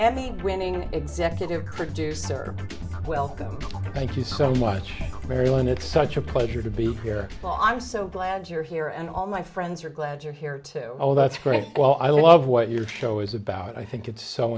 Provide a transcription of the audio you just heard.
emmy winning executive producer welcome thank you so much very well and it's such a pleasure to be here well i'm so glad you're here and all my friends are glad you're here too oh that's great well i love what your show is about i think it's so